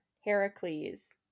Heracles